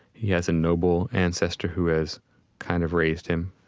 he has a noble ancestor who has kind of raised him,